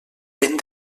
vent